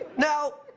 now,